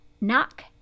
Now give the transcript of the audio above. Knock